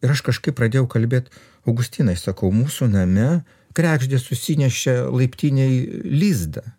ir aš kažkaip pradėjau kalbėt augustinai sakau mūsų name kregždė susinešė laiptinėj lizdą